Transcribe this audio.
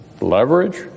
leverage